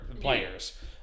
players